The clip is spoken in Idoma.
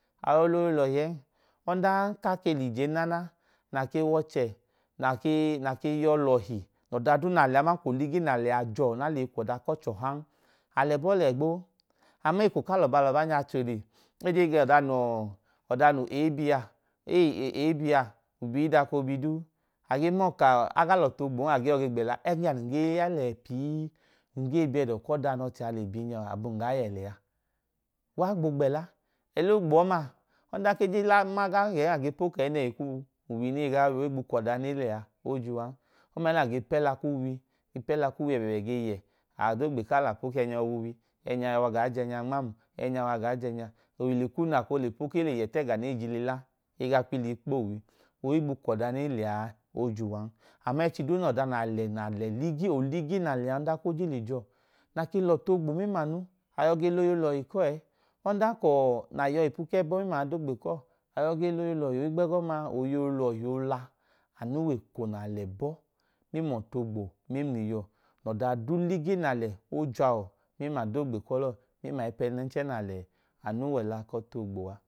Ayọ loyei olọhien ọnda ka ke l’ijen nana na ke wọchẹ na kee nakee yọ lọhi nọ dadau nalẹ aman k’oligiinalẹ a jọ na leyi kwọda kọchọhan alẹbo lẹgboo. Amaa eko kalọ balọbanyaa achohile eje ga ọda nọọ ọdanu a biia u b dako biduu age nọọ ka aga l’ọtu ogbon agee yọ ge gbẹla ẹgẹnya num ge ya lẹ pii nun ge biẹdo kọda nọ chia le binya abunga ye leya. Uwa gbo gbẹla, ẹla ogboọgnaa ọdan keje lan ma ga gen agee po kei nẹhi kunu uwine gaa wi ohigbu kọda ne lẹa ojuwan ọma ya na ge pẹla kuwi ge pela kuwi ẹbẹbẹ ge yẹ adogbe kalo apo kẹnya ọwuwi ẹnya o wa gaa jẹnya nm’aamu ẹnya wa gaa jẹnya ohile kunu akole po ke le yẹ t’ẹga ne jili la egaa kwilii kpo uwi ohigbu kọda ne lẹya ojuwan. Amẹẹchi duu nọda nale nale ligi oligi nale ndan koje lejọọ nakee lọtu ogbo mẹm’anu ayọ ge loyei olọhi kọe ọnda kọọ na yọi ipu kẹbọ mẹm adogbe kọọ ayọ ge loyei olọhi ohigbẹgọma oyei olọhi ola anu w’eko nal’ẹbọ mẹm’ọtu ogo men’iyo, ọda duu ligi malẹ ojau mel’adogbe kọlọ mẹml’aiyipẹnẹnchẹ nalẹ anu wela k’otu ogbo a.